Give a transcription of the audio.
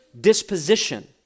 disposition